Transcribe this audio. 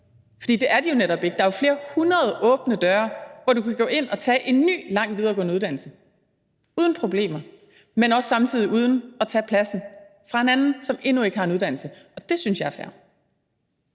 fordi det er de jo netop ikke. Der er jo flere hundreder åbne døre, hvor du kan gå ind og tage en ny lang videregående uddannelse uden problemer, men samtidig uden at tage pladsen fra en anden, som endnu ikke har en uddannelse, og det synes jeg er fair.